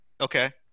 Okay